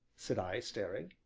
said i, staring.